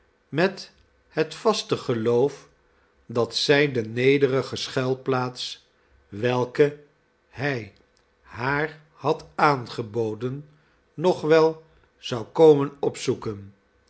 met het vaste geloof dat zij de nederige schuilplaats welke hij haar had aangeboden nog wel zou komen opzoeken